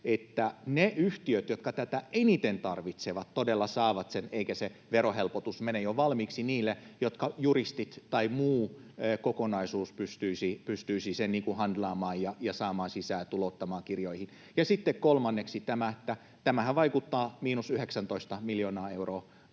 että ne yhtiöt, jotka tätä eniten tarvitsevat, todella saavat sen, eikä se verohelpotus mene niille, joilla juristit tai muu kokonaisuus jo valmiiksi pystyisi sen handlaamaan ja saamaan sisään, tulouttamaan kirjoihin. Sitten kolmanneksi se, että tämähän vaikuttaa miinus 19 miljoonaa euroa